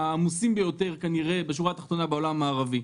העמוסים ביותר כנראה בשורה התחתונה בעולם המערבי.